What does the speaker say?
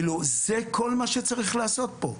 זה כל מה שצריך לעשות פה.